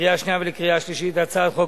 לקריאה שנייה ולקריאה שלישית את הצעת חוק